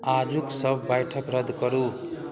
आजुक सब बैठक रद्द करू